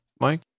Mike